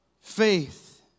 Faith